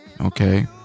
okay